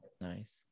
Nice